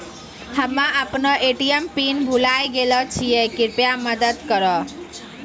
हम्मे अपनो ATM PIN भुलाय गेलो छियै, कृपया मदत करहो